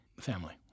family